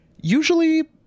Usually